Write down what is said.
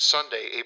Sunday